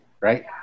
right